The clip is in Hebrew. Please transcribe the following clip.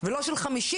ולא של 50,